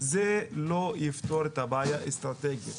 זה לא יפתור את הבעיה אסטרטגית.